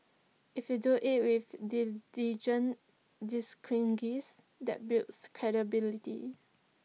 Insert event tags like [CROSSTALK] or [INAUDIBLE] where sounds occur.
if you do IT with dignity [UNINTELLIGIBLE] that builds credibility